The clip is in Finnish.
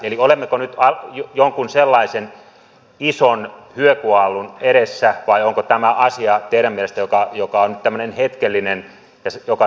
eli olemmeko nyt jonkun sellaisen ison hyökyaallon edessä vai onko tämä asia teidän mielestänne sellainen joka on nyt tämmöinen hetkellinen joka saadaan hallintaan